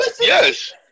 Yes